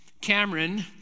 Cameron